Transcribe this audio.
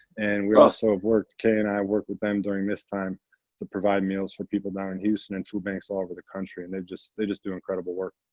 and we have also worked kea and i worked with them during this time to provide meals for people down in houston and food banks all over the country. and they just they just do incredible work.